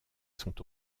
sont